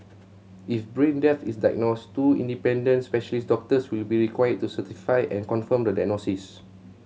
if brain death is diagnosed two independent specialist doctors will be required to certify and confirm the diagnosis